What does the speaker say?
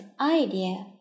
idea